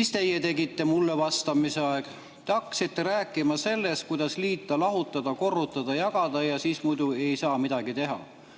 Mis teie tegite mulle vastamise ajal? Te hakkasite rääkima sellest, kuidas liita, lahutada, korrutada ja jagada. Siis muidu ei saa midagi teha.